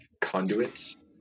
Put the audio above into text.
conduits